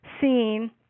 seen